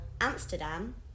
Amsterdam